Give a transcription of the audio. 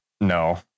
No